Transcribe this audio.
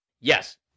Yes